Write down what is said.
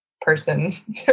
person